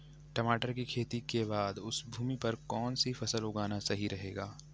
टमाटर की खेती के बाद उस भूमि पर कौन सी फसल उगाना सही रहेगा?